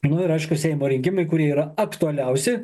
nu ir aišku seimo rinkimai kurie yra aktualiausi